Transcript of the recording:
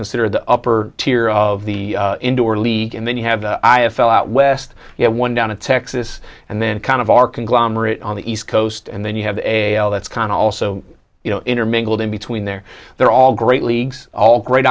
considered the upper tier of the indoor league and then you have the i fell out west you know one down in texas and then kind of our conglomerate on the east coast and then you have a that's kind of also you know intermingled in between there they're all great leagues all